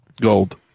Gold